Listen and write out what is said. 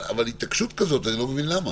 אבל התעקשות כזאת, אני לא מבין למה.